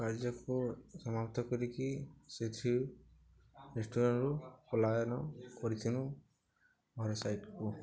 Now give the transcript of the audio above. କାର୍ଯ୍ୟକୁ ସମାପ୍ତ କରିକି ସେଥିରୁ ରେଷ୍ଟୁରାଣ୍ଟରୁ ପଲାୟନ କରିଥନୁ ଘରେ ସାଇଟ୍କୁ